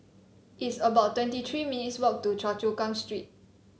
it's about twenty three minutes' walk to Choa Chu Kang Street